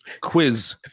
quiz